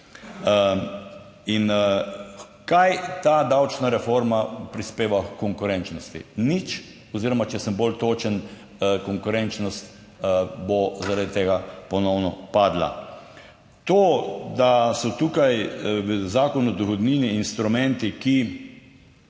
In kaj ta davčna reforma prispeva h konkurenčnosti? Nič oziroma če sem bolj točen, konkurenčnost bo zaradi tega ponovno padla. To, da so tukaj v Zakonu o dohodnini instrumenti, ki